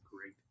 great